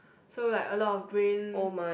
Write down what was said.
so like a lot of brain